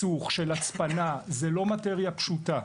זו לא מטריה פשוטה.